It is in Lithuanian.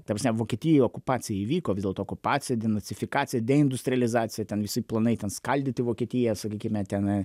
ta prasme vokietijoj okupacija įvyko vis dėlto okupacija denacifikacija deindustrializacija ten visaip planai ten skaldyti vokietiją sakykime ten